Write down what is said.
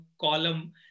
column